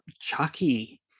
Chucky